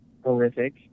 horrific